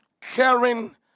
Caring